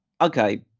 Okay